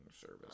service